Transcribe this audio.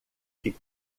que